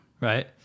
Right